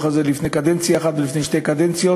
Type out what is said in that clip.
הזה לפני קדנציה אחת ולפני שתי קדנציות.